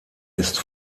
ist